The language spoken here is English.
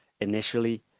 initially